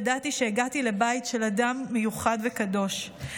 ידעתי שהגעתי לבית של אדם מיוחד וקדוש.